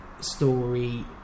story